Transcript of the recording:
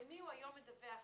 למי הוא היום מדווח?